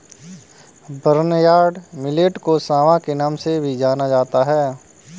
barnyard millet को सांवा के नाम से भी जाना जाता है